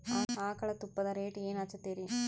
ಆಕಳ ತುಪ್ಪದ ರೇಟ್ ಏನ ಹಚ್ಚತೀರಿ?